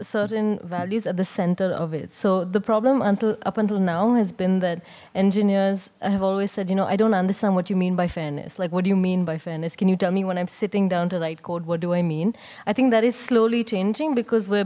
certain values at the center of it so the problem until up until now has been that engineers i have always said you know i don't understand what you mean by fairness like what do you mean by fairness can you tell me when i'm sitting down to write code what do i mean i think that is slowly changing